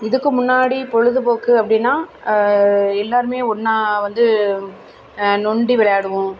இதுக்கு முன்னாடி பொழுதுபோக்கு அப்படின்னா எல்லாேருமே ஒன்றா வந்து நொண்டி விளையாடுவோம்